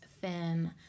thin